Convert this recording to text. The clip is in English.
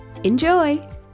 Enjoy